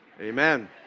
Amen